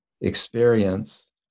experience